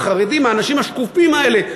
האנשים השקופים האלה,